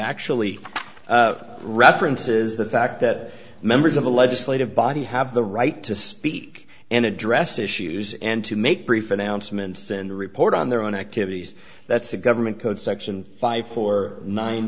actually references the fact that members of the legislative body have the right to speak and address issues and to make brief announcements and report on their own activities that's a government code section five or nine